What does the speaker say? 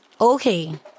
Okay